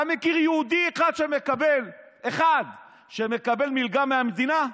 אתה מכיר יהודי אחד שמקבל מלגה מהמדינה,